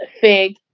fig